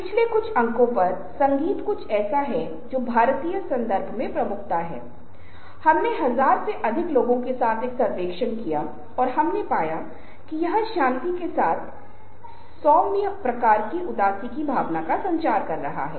इसलिए यदि आप अच्छी तरह से सहमत हैं यदि आप सहमत नहीं हैं तो हमें एक टीम के रूप में काम करना होगा और यह पता लगाना होगा कि आपकी आवाज़ के संदर्भ में क्या आपको एक अच्छा संचारक बनाता है